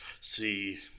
see